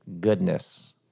goodness